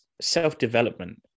self-development